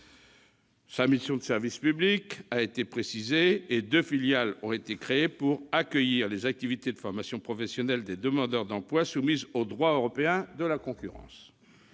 Sa mission de service public a été précisée et deux filiales ont été créées pour accueillir les activités de formation professionnelle des demandeurs d'emploi soumises au droit européen de la concurrence.